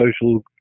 social